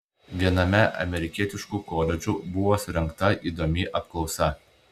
viename amerikietiškų koledžų buvo surengta įdomi apklausa